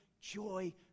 joy